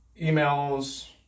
emails